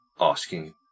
asking